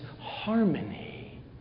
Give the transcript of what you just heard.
harmony